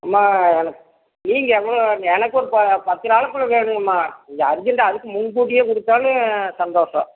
அம்மா எனக்கு நீங்கள் எவ்வளோ எனக்கு ஒரு ப பத்து நாளுக்குள்ள வேணுங்கம்மா இங்கே அர்ஜெண்டாக அதுக்கு முன்கூட்டியே கொடுத்தாலும் சந்தோசம்